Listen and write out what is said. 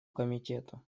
комитету